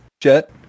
Jet